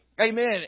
Amen